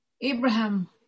Abraham